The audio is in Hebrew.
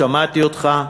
שמעתי אותך,